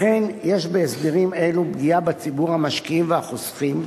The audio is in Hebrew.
לכן יש בהסדרים אלה פגיעה בציבור המשקיעים והחוסכים,